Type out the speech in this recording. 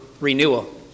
renewal